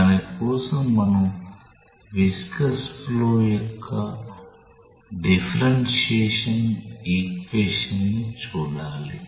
దాని కోసం మనం విస్కాస్ ఫ్లో యొక్క డిఫరెన్షియల్ ఈక్వెషన్ ని చూడాలి